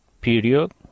period